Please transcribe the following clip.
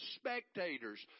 spectators